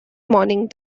morning